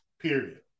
Period